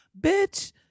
bitch